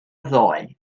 ddoe